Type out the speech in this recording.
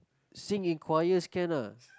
sing in choirs can ah